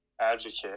advocate